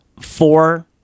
four